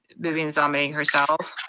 vivian is nominating herself?